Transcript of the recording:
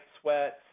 sweats